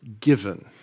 given